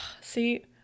See